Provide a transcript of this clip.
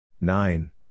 Nine